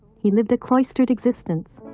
he lived a cloistered existence,